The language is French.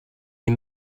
est